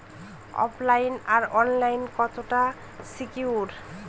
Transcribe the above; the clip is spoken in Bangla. ওফ লাইন আর অনলাইন কতটা সিকিউর?